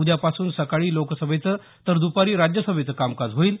उद्यापासून सकाळी लोकसभेचं तर द्पारी राज्यसभेचं कामकाज होईल